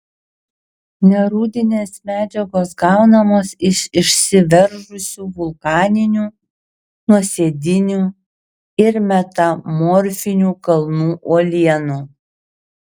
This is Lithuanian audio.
nerūdinės medžiagos gaunamos iš išsiveržusių vulkaninių nuosėdinių ir metamorfinių kalnų uolienų